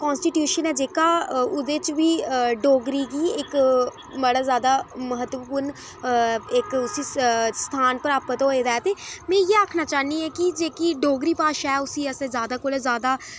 constitution ऐ जेह्का ओह्दे च बी डोगरी गी इक बड़ा ज्यादा म्हत्तवपूर्ण इक उस्सी स्थान प्राप्त होए दा ऐ में इ'यै आखना चाह्न्नी आं कि जेह्की डोगरी भाशा ऐ उस्सी असें ज्यादा कोला ज्यादा